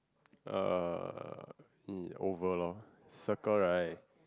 uh oval lor circle right